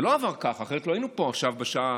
זה לא עבר ככה, אחרת לא היינו פה עכשיו בשעה